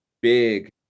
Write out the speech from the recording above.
big